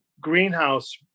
Greenhouse